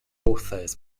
authors